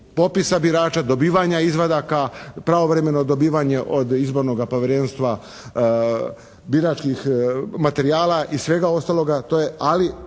popisa birača, dobivanja izvadaka, pravovremeno dobivanje od Izbornoga povjerenstva biračkih materijala i svega ostaloga, ali